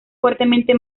fuertemente